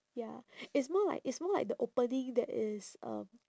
ya it's more like it's more like the opening that is um